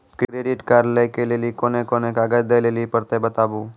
Credit card लै के लेली कोने कोने कागज दे लेली पड़त बताबू?